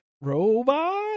robot